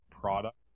product